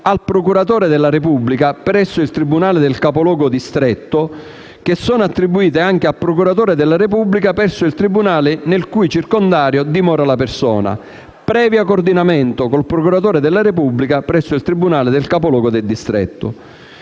al procuratore della Repubblica presso il tribunale del capoluogo del distretto sono attribuite anche al procuratore della Repubblica presso il tribunale nel cui circondario dimora la persona, previo coordinamento con il procuratore della Repubblica presso il tribunale del capoluogo del distretto.